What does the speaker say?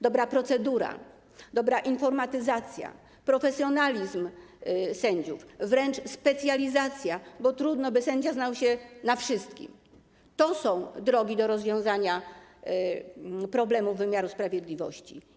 Dobra procedura, dobra informatyzacja, profesjonalizm sędziów, wręcz specjalizacja, bo trudno, by sędzia znał się wszystkim - to są drogi do rozwiązania problemów wymiaru sprawiedliwości.